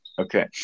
Okay